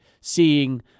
seeing